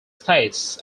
states